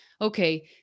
okay